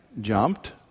jumped